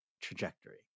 trajectory